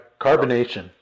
Carbonation